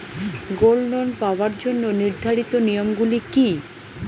Gold loan পাওয়ার জন্য নির্ধারিত নিয়ম গুলি কি?